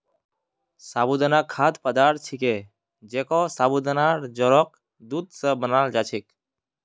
साबूदाना खाद्य पदार्थ छिके जेको साबूदानार जड़क दूध स बनाल जा छेक